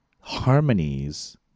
harmonies